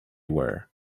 were